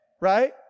right